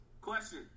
Question